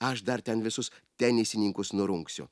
aš dar ten visus tenisininkus nurungsiu